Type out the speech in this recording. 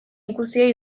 ikusia